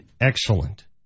excellent